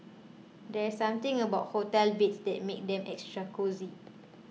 there's something about hotel beds that makes them extra cosy